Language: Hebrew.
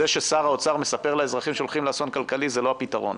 זה ששר האוצר מספר לאזרחים שהולכים לאסון כלכלי זה לא הפתרון.